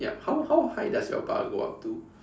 yup how how high does your bar go up to